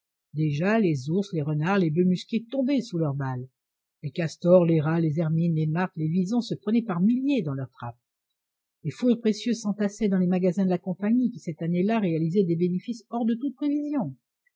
déjà les ours les renards les boeufs musqués tombaient sous leurs balles les castors les rats les hermines les martres les wisons se prenaient par milliers dans leurs trappes les fourrures précieuses s'entassaient dans les magasins de la compagnie qui cette année-là réalisait des bénéfices hors de toute prévision